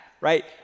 right